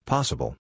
Possible